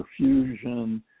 perfusion